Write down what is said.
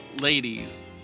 ladies